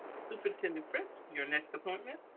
superintendent fritz. your next appointment.